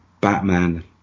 Batman